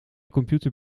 computer